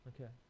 Okay